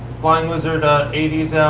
flying lizard ah eighty is out.